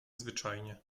zwyczajnie